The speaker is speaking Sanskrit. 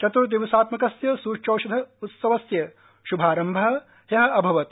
चत्र्दिवसात्मकस्य सूच्यौषध उत्सवस्य श्भारम्भः हयः अभवत्